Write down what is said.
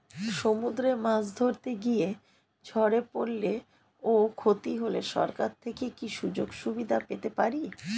সমুদ্রে মাছ ধরতে গিয়ে ঝড়ে পরলে ও ক্ষতি হলে সরকার থেকে কি সুযোগ সুবিধা পেতে পারি?